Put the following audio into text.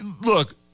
Look